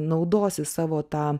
naudosi savo tą